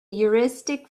heuristic